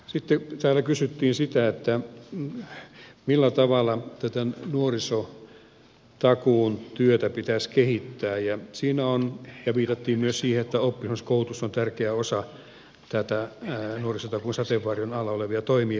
sitten täällä kysyttiin sitä millä tavalla tätä nuorisotakuun työtä pitäisi kehittää ja viitattiin myös siihen että oppisopimuskoulutus on tärkeä osa näitä nuorisotakuun sateenvarjon alla olevia toimia